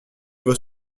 vos